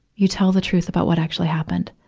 you tell the truth about what actually happened.